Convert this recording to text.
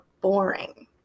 boring